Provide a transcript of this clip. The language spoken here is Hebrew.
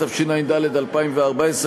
התשע"ד 2014,